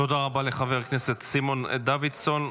תודה רבה לחבר הכנסת סימון דוידסון.